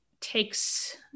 takes